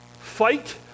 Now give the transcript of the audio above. fight